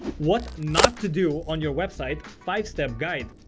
what not to do on your website five-step guide.